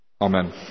Amen